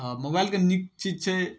आओर मोबाइलके नीक चीज छै